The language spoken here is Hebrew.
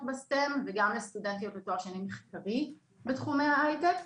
ב-s.t.e.m וגם לסטודנטיות לתואר שני מחקרי בתחומי ההייטק.